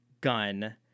gun